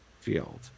field